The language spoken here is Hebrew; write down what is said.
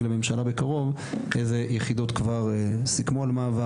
לממשלה בקרוב איזה יחידות כבר סיכמו על מעבר,